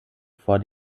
vor